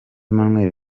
manuel